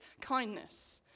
kindness